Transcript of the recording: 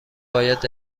باید